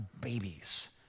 babies